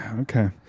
Okay